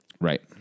Right